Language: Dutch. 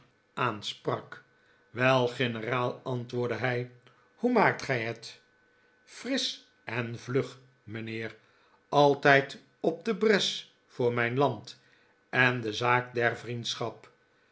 aansprak wel generaal antwoordde hij hoe maakt gij het frisch en vlug mijnheer altijd op de bres voor mijn land en de zaak der vriendschap